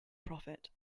prophet